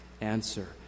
answer